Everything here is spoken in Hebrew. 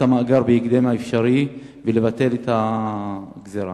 המאגר בהקדם האפשרי ולבטל את הגזירה.